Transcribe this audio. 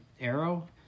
arrow